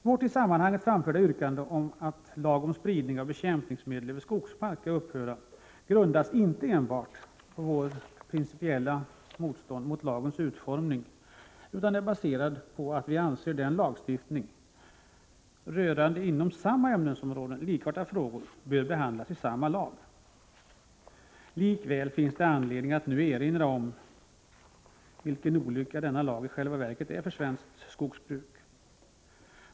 Vårt i sammanhanget framförda yrkande om att lagen om spridning av bekämpningsmedel över skogsmark skall upphöra grundas inte enbart på vårt principiella motstånd mot lagens utformning utan är baserat på att vi anser att lagstiftning rörande likartade frågor inom samma ämnesområde bör behandlas i samma lag. Likväl finns det anledning att nu erinra om vilken olycka denna lag själva verket är för svenskt skogsbruk.